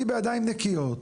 אני בידיים נקיות,